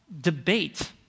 debate